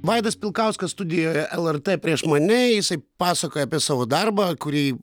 vaidas pilkauskas studijoje lrt prieš mane jisai pasakoja apie savo darbą kurį